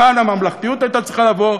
כאן הממלכתיות הייתה צריכה לבוא,